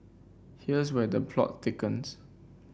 here's where the plot thickens